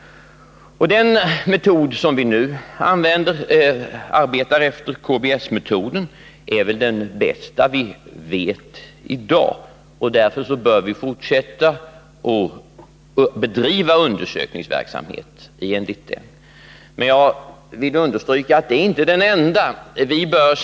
Den metod som vi nu arbetar efter, KBS-metoden, är den bästa vi känner till i dag. Därför bör vi fortsätta att bedriva undersökningsverksamhet enligt den. Men jag vill understryka att det inte är den enda metoden.